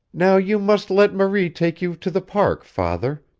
now you must let marie take you to the park, father,